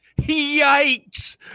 yikes